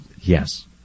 Yes